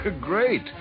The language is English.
Great